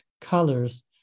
colors